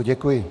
Děkuji.